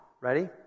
ready